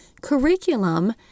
Curriculum